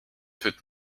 put